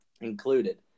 included